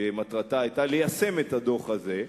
שמטרתה היתה ליישם את הדוח הזה,